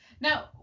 Now